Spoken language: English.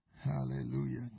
Hallelujah